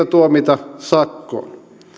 tuomita sakkoon